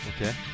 Okay